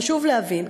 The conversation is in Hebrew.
חשוב להבין,